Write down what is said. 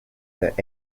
that